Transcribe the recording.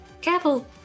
Careful